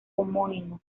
homónimo